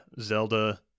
Zelda